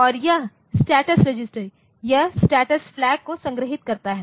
और यह status register यह स्टेटस फ्लैग को संग्रहीत करता है